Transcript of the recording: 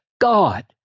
God